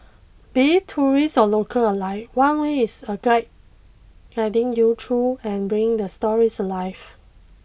be it tourists or locals alike one way is a guide guiding you through and bringing the stories alive